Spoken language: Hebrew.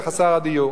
לחסר הדיור.